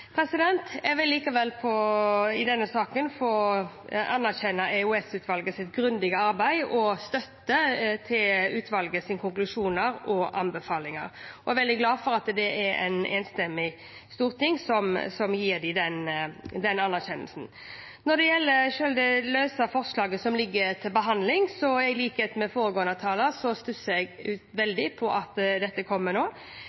konklusjoner og anbefalinger. Jeg er veldig glad for at det er et enstemmig storting som gir dem den anerkjennelsen. Når det gjelder det løse forslaget som ligger til behandling, stusser jeg i likhet med foregående taler veldig over at dette kommer nå.